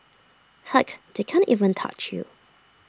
heck they can't even touch you